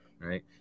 Right